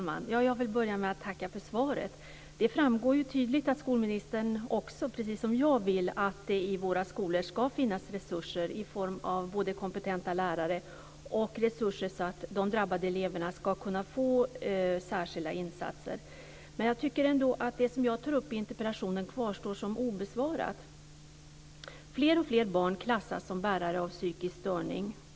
Fru talman! Jag vill börja med att tacka för svaret. Det framgår ju tydligt att skolministern, precis som jag, vill att det i våra skolor skall finnas resurser i form av kompetenta lärare, resurser så att de drabbade eleverna skall kunna få särskilda insatser. Men jag tycker ändå att det som jag tar upp i interpellationen kvarstår som obesvarat. Fler och fler barn klassas som bärare av psykisk störning.